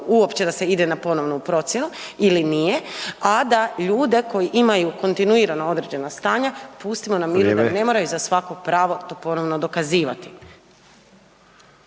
uopće da se ide na ponovnu procjenu ili nije, a da ljude koji imaju kontinuirano određena stanja pustimo na miru …/Upadica: Vrijeme./… da ne moraju za svako pravo to ponovno dokazivati.